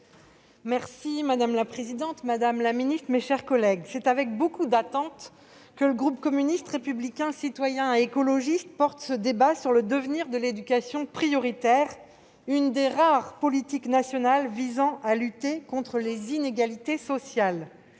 Madame la présidente, madame la ministre, mes chers collègues, c'est avec beaucoup d'espérance que le groupe communiste républicain citoyen et écologiste porte ce débat sur le devenir de l'éducation prioritaire, l'une des rares politiques nationales visant à lutter contre les inégalités sociales.